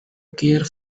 care